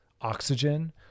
oxygen